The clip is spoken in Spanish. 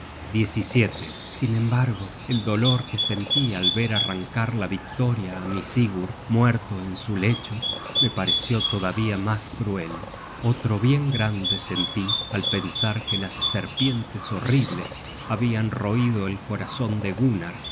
caballos sin embargo el dolor que sentí al ver arrancar la victoria á mi sigurd muerto en su lecho me pareció todavía mas cruel otro bien grande sentí al pensar que serpientes horribles habian roido el corazon de gunnar